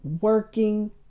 working